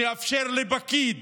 שמאפשר לפקיד